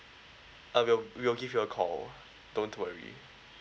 uh we'll we'll give you a call don't worry